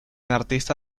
artista